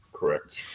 Correct